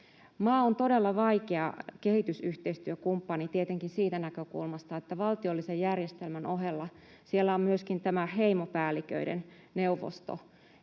Maa on todella vaikea kehitysyhteistyökumppani tietenkin siitä näkökulmasta, että valtiollisen järjestelmän ohella siellä on myöskin heimopäälliköiden neuvosto,